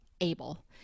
able